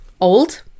old